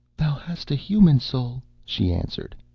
thou hast a human soul she answered.